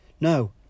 No